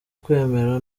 kwemera